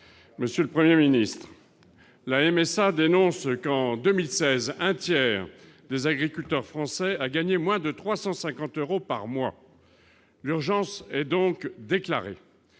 monsieur le 1er ministre la MSA dénonce qu'en 2016 un tiers des agriculteurs français a gagné moins de 350 euros par mois, l'urgence est donc déclarée